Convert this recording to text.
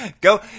Go